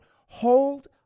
hold